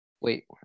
Wait